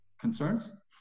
concerns